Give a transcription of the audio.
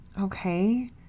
Okay